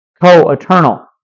co-eternal